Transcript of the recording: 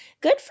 Good